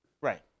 Right